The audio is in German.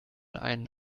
einen